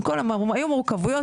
היו מורכבויות,